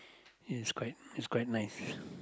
it's quite it's quite nice